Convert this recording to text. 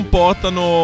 portano